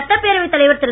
சட்டப்பேரவைத் தலைவர் திரு